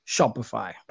Shopify